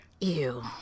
Ew